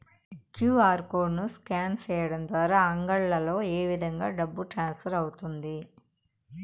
QR code ను scan సేయడం ద్వారా అంగడ్లలో ఏ విధంగా డబ్బు ట్రాన్స్ఫర్ అవుతుంది